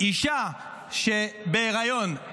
אישה בהיריון,